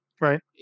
right